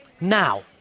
Now